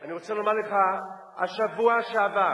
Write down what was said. אני רוצה לומר לך, בשבוע שעבר,